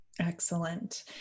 Excellent